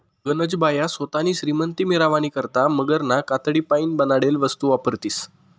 गनज बाया सोतानी श्रीमंती मिरावानी करता मगरना कातडीपाईन बनाडेल वस्तू वापरतीस